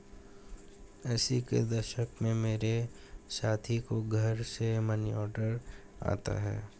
अस्सी के दशक में मेरे साथी को घर से मनीऑर्डर आता था